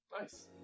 Nice